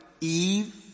Eve